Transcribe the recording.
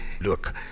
look